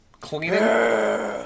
cleaning